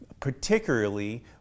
particularly